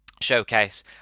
Showcase